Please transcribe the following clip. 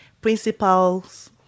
Principals